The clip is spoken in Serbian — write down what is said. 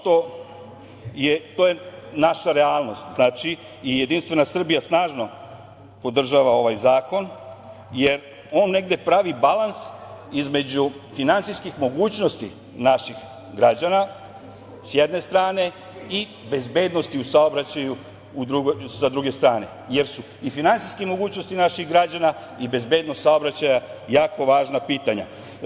To je naša realnost i JS snažno podržava ovaj zakon jer on negde pravi balans između finansijskih mogućnosti naših građana sa jedne strane i bezbednosti u saobraćaju sa druge strane, jer su i finansijske mogućnosti naših građana i bezbednost saobraćaja jako važna pitanja.